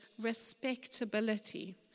respectability